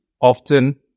often